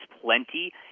plenty